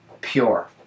pure